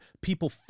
people